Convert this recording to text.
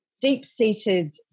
deep-seated